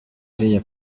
iriya